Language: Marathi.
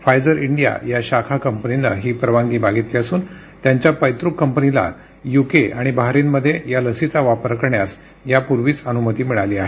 फायझर इंडिया या शाखा कंपनीने ही परवानगी मागितली असून त्यांच्या पैतृक कंपनीला युके आणि बाहरिनमध्ये या लसीचा वापर करण्यास यापूर्वीच अनुमती मिळाली आहे